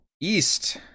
east